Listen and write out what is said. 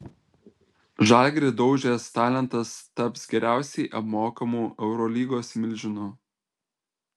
žalgirį daužęs talentas taps geriausiai apmokamu eurolygos milžinu